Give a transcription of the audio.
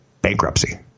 bankruptcy